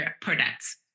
products